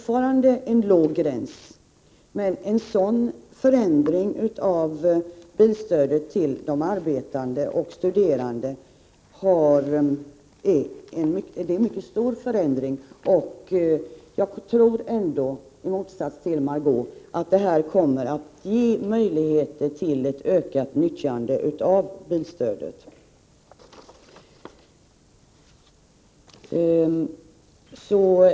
är en låg inkomst, men den förändring som därmed görs av bilstödet till de arbetande och studerande är mycket stor. Jag tror, i motsats till Margé Ingvardsson, att den förändringen kommer att ge ökade möjligheter till utnyttjande av bilstödet.